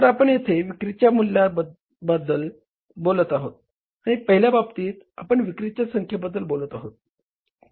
तर आपण येथे विक्रीच्या मूल्याबद्दल बोलत आहोत आणि पहिल्या बाबतीत आपण विक्रीच्या संख्येबद्दल बोलत होतो